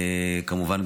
כמובן,